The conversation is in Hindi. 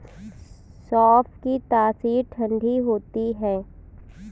सौंफ की तासीर ठंडी होती है